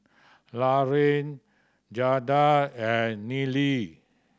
Laraine Jayda and Neely